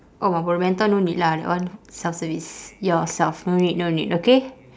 oh marlboro menthol no need lah that one self service yourself no need no need okay